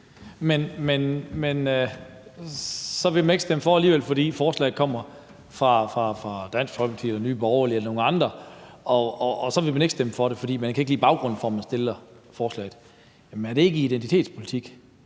men så vil man ikke stemme for alligevel, fordi forslaget kommer fra Dansk Folkeparti eller Nye Borgerlige eller nogle andre. Man vil ikke stemme for det, fordi man ikke kan lide baggrunden for, at nogle fremsætter forslaget. Er det ikke identitetspolitik,